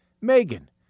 Megan